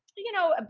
you know, but